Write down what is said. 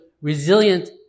resilient